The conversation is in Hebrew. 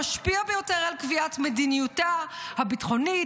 המשפיע ביותר על קביעת מדיניותה הביטחונית,